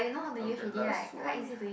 I'm the last one